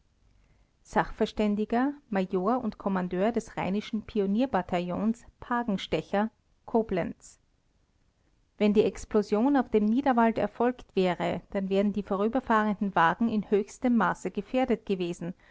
sachverständiger major und kommandeur des rheinischen pionierbataillons pagenstecher koblenz wenn die explosion auf dem niederwald erfolgt wäre dann wären die vorüberfahrenden wagen in höchstem maße gefährdet gewesen